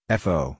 fo